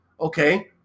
okay